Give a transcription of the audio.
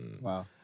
Wow